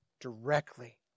directly